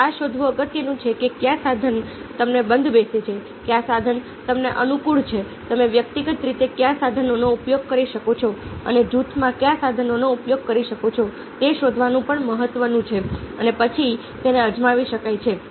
હવે એ શોધવું અગત્યનું છે કે કયું સાધન તમને બંધબેસે છે કયું સાધન તમને અનુકૂળ છે તમે વ્યક્તિગત રીતે કયા સાધનોનો ઉપયોગ કરી શકો છો અને જૂથોમાં કયા સાધનોનો ઉપયોગ કરી શકો છો તે શોધવાનું પણ મહત્વનું છે અને પછી તેને અજમાવી શકાય છે